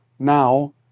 Now